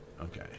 Okay